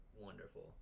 wonderful